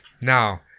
Now